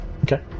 Okay